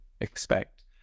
expect